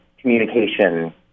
communication